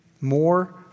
more